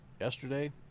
yesterday